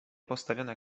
postawiona